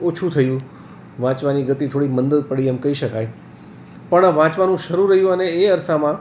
ઓછું થયું વાંચવાની ગતિ થોડી મંદ પડી એમ કહી શકાય પણ વાંચવાનું શરૂ રહ્યું અને એ અરસામાં